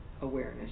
awareness